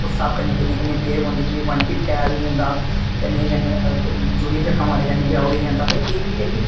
उस स्हाब कन्नै किन्ने किन्ने पवाइंट बनदे जियां बन टिप कैच होई जंदा कन्नै कन्नै जोरियै छक्का मारने कन्नै बी आउट होई जंदा ते ओहबी